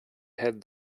had